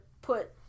put